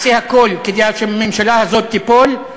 אנחנו נעשה הכול כדי שהממשלה הזאת תיפול,